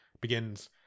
begins